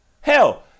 Hell